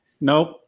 Nope